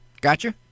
Gotcha